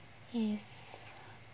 yes